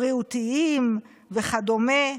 בריאותיים וכדומה,